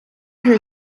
her